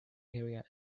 area